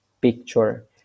picture